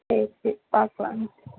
சரி சரி பார்க்கலாம் ம்